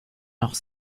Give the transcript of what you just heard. noch